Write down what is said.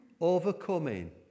overcoming